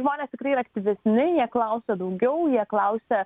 žmonės tikrai yra aktyvesni jie klausia daugiau jie klausia